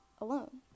alone